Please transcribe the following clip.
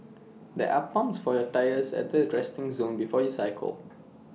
there are pumps for your tyres at the resting zone before you cycle